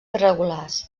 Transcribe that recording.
irregulars